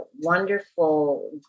wonderful